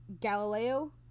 Galileo